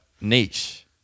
niche